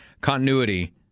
continuity